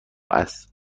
است